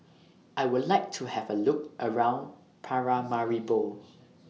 I Would like to Have A Look around Paramaribo